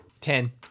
Ten